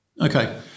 Okay